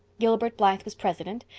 gilbert blythe was president,